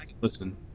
listen